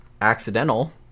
accidental